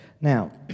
Now